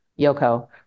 Yoko